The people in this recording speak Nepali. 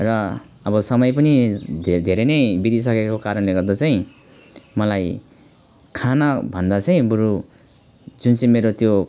र अब समय पनि धेरै धेरै नै बितिसकेको कारणले गर्दा चाहिँ मलाई खानाभन्दा चाहिँ बरु जुन चाहिँ मेरो त्यो